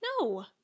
no